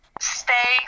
stay